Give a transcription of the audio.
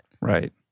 Right